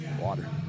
Water